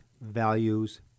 values